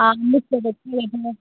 हां निक्के बच्चें आस्तै